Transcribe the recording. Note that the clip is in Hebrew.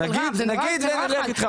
אבל רם --- נגיד ואני אלך איתך,